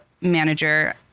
manager